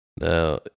Now